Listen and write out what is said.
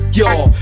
y'all